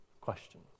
Question